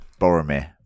Boromir